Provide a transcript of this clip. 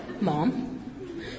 Mom